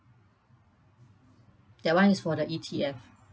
that one is for the E_T_F